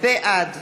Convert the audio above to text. בעד